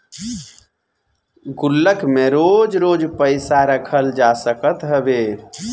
गुल्लक में रोज रोज पईसा रखल जा सकत हवे